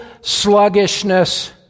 sluggishness